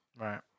Right